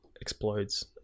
explodes